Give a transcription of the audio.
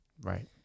Right